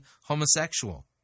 homosexual